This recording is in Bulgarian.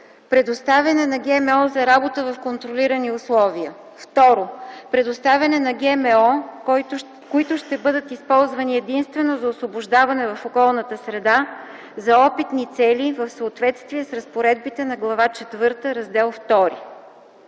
предоставяне на ГМО за работа в контролирани условия; 2. предоставяне на ГМО, които ще бъдат използвани единствено за освобождаване в околната среда за опитни цели в съответствие с разпоредбите на Глава четвърта,